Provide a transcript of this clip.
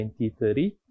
2030